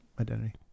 identity